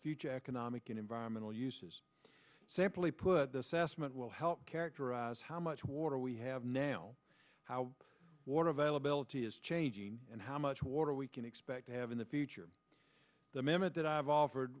future economic and environmental uses simply put this estimate will help characterize how much water we have now how water availability is changing and how much water we can expect to have in the future the minute that i've offered